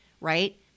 right